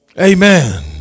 amen